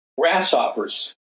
grasshoppers